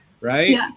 right